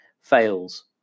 FAILS